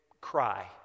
cry